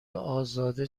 ازاده